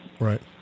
Right